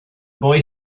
boy